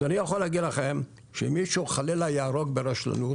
אז אני יכול להגיד לכם שאם מישהו חלילה יהרוג ברשלנות